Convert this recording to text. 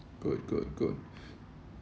good good good